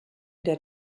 der